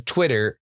Twitter